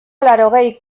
laurogei